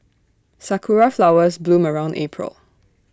Sakura Flowers bloom around April